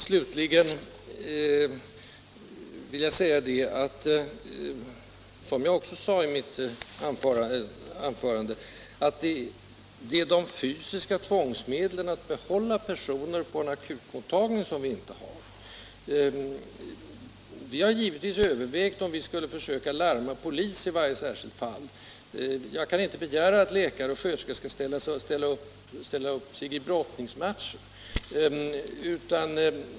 Som jag sade i mitt tidigare anförande har inte akutmottagningarna de fysiska tvångsmedlen att behålla personer där. Vi har givetvis övervägt att larma polis i varje särskilt fall. Jag kan inte begära att läkare och sköterskor skall ställa upp i brottningsmatcher.